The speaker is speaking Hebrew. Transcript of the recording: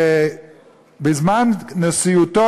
בזמן נשיאותו,